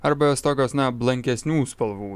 arba jos tokios na blankesnių spalvų